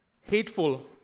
Hateful